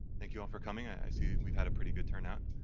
thank you all for coming. i see we've had a pretty good turn out.